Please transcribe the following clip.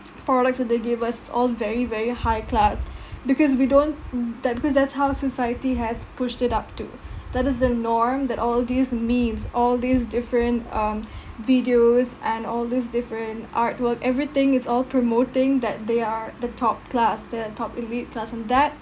that they give us is all very very high class because we don't that because that's how society has pushed it up to that is the norm that all these memes all these different um videos and all these different artwork everything it's all promoting that they are the top class the top elite class and that